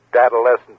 adolescent